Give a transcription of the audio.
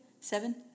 Seven